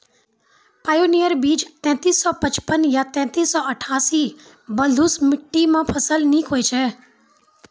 Pioneer बीज तेंतीस सौ पचपन या तेंतीस सौ अट्ठासी बलधुस मिट्टी मे फसल निक होई छै?